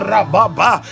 Rababa